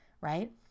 right